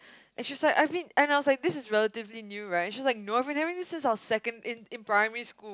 and she's like I mean and I was like this is relatively new right and she's like no I have been doing this since I was second in in primary school